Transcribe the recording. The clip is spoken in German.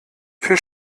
für